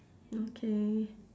okay